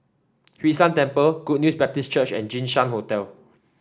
Hwee San Temple Good News Baptist Church and Jinshan Hotel